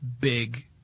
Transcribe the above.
big